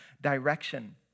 direction